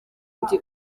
ndi